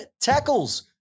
tackles